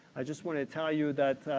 i just want to tell you that,